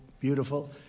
beautiful